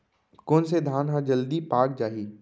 कोन से धान ह जलदी पाक जाही?